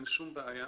אין שום בעיה,